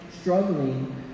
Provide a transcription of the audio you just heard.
struggling